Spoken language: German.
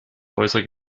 häuser